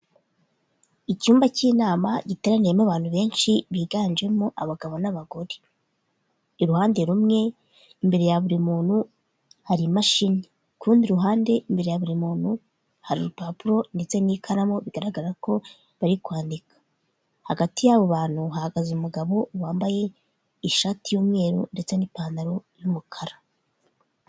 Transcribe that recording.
Icyumba cy'inama giteraniyemo abantu benshi biganjemo abagabo n'abagore, iruhande rumwe imbere ya buri muntu hari imashini, ku rundi ruhande imbere ya buri muntu hari urupapuro ndetse n'ikaramu bigaragara ko bari kwandika, hagati yabo bantu hahagaze umugabo wambaye ishati y'umweru ndetse n'ipantaro y'umukara.